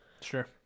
sure